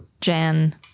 Jan